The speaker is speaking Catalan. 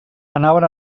anaven